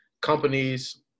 companies